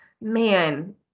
man